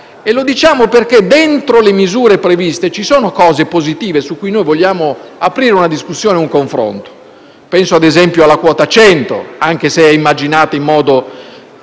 e lo diciamo perché all'interno delle misure previste ci sono aspetti positivi su cui non vogliamo aprire una discussione e un confronto. Penso ad esempio alla quota 100, anche se è immaginata in modo